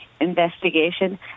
investigation